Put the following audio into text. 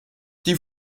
die